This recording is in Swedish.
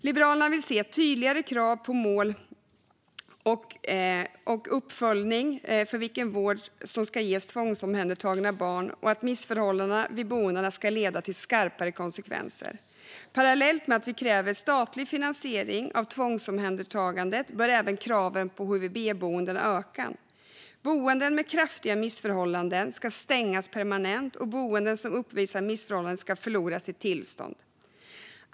Liberalerna vill se tydligare krav på mål och uppföljning när det gäller vilken vård som ska ges tvångsomhändertagna barn och att missförhållandena vid boendena ska leda till skarpare konsekvenser. Parallellt med att vi kräver statlig finansiering av tvångsomhändertaganden bör även kraven på HVB-boenden öka. Boenden med kraftiga missförhållanden ska stängas permanent, och boenden som uppvisar missförhållanden ska förlora sitt tillstånd.